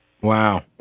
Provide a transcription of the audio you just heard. Wow